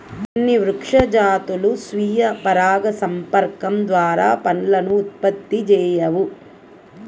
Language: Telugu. కొన్ని వృక్ష జాతులు స్వీయ పరాగసంపర్కం ద్వారా పండ్లను ఉత్పత్తి చేయవు